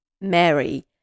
Mary